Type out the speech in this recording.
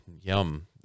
yum